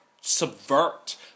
subvert